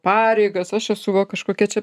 pareigas aš esu va kažkokia čia